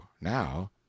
Now